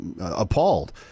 appalled